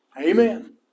Amen